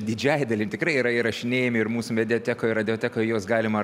didžiąja dalim tikrai yra įrašinėjami ir mūsų mediatekoj radiotechoj juos galima